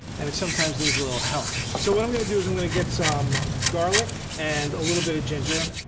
and it sometimes needs a little help. so what i'm gonna do is i'm gonna get some garlic and a little bit of ginger. a